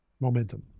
momentum